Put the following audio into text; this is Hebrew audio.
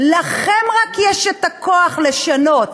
רק לכם יש הכוח לשנות.